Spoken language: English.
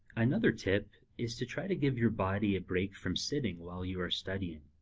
another tip is to try to give your body a break from sitting while you are studying.